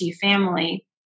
family